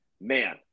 man